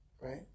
right